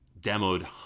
demoed